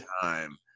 time